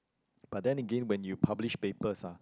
but then again when you publish papers ah